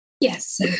Yes